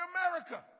America